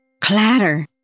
Clatter